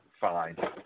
fine